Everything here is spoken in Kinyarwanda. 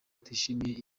atishimiye